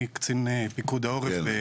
אני קצין פיקוד העורף בחילוץ והצלה.